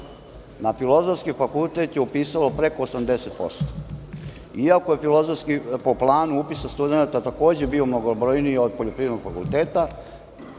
na Filozofski fakultet je upisalo preko 80% iako je po planu upisa studenata takođe bio mnogobrojniji od Poljoprivrednom fakulteta,